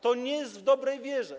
To nie jest w dobrej wierze.